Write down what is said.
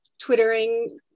twittering